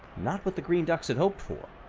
not what the green ducks had hoped for.